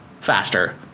faster